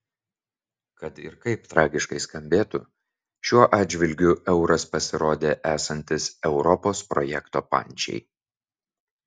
kad ir kaip tragiškai skambėtų šiuo atžvilgiu euras pasirodė esantis europos projekto pančiai